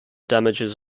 damages